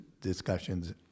discussions